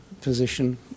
position